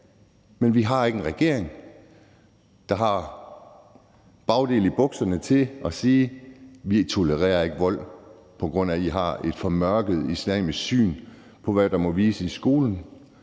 men vi har ikke en regering, der har bagdel i bukserne til at sige, at vi ikke tolererer den vold, der har baggrund i, at I har et formørket islamisk syn på, hvad der må vises i skolen.